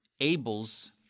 Abel's